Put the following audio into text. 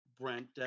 Brent